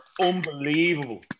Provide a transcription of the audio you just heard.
unbelievable